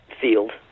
field